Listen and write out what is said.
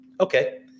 okay